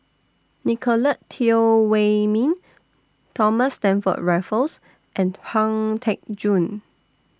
Nicolette Teo Wei Min Thomas Stamford Raffles and Pang Teck Joon